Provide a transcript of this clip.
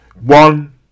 one